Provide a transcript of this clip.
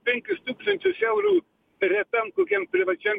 penkis tūkstančius eurų retam kokiam privačiam